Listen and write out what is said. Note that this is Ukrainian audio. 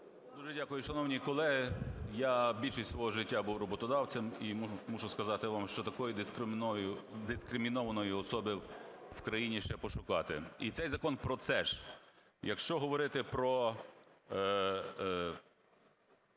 Дуже дякую. Шановні колеги, я більшість свого життя був роботодавцем і мушу сказати вам, що такої дискримінованої особи в країні ще пошукати. І цей закон про це ж. Якщо говорити про